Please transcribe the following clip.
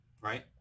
right